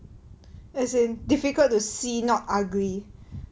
as in difficult to see not ugly